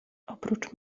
oprócz